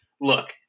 Look